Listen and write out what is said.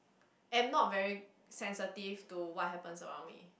am not very sensitive to what happens around me